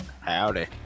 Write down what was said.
Howdy